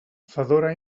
fedora